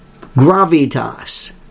Gravitas